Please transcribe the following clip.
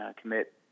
commit